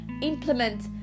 implement